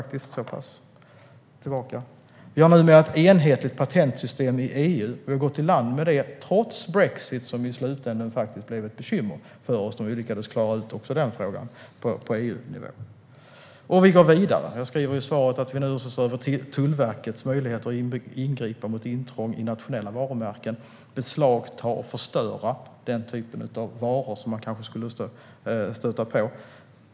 Vi har numera också ett enhetligt patentsystem i EU. Trots brexit, som i slutänden blev ett bekymmer för oss, har vi gått i land med det. Vi lyckades klara ut också den frågan på EU-nivå. Och vi går vidare. Jag skriver i svaret att vi nu också ser över Tullverkets möjligheter att ingripa mot intrång i nationella varumärken samt beslagta och förstöra den typ av varor som man kanske skulle stöta på.